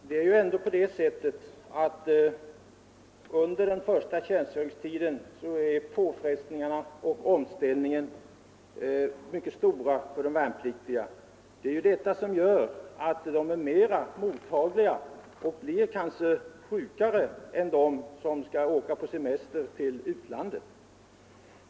Herr talman! Det är ändå ett faktum att påfrestningarna och omställningen är mycket stora för de värnpliktiga under den första tjänstgöringstiden. Detta gör att de är mer mottagliga och kanske blir sjukare vid vaccineringen än vuxna människor som skall åka på semester till utlandet.